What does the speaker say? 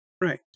Right